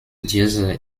diese